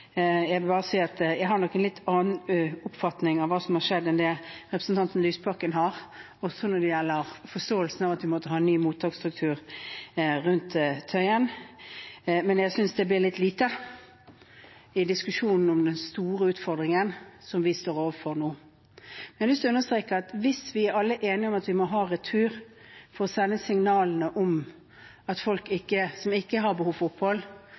jeg vil bare si at jeg har nok en litt annen oppfatning av hva som har skjedd, enn det representanten Lysbakken har, også når det gjelder forståelsen av at vi måtte ha en ny mottaksstruktur på Tøyen, men jeg synes det blir litt lite i diskusjonen om den store utfordringen som vi står overfor nå. Jeg har lyst til å understreke – hvis vi alle er enige om at vi må ha retur – at det å sende signaler om at folk som ikke har behov for opphold,